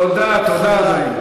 תודה, אדוני.